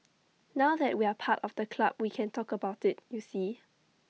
now that we're part of the club we can talk about IT you see